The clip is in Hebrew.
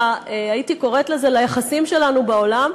הייתי קוראת לזה ליחסים שלנו בעולם.